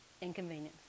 Inconvenience